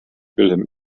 wilhelm